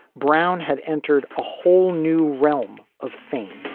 brown had entered a whole new realm of fame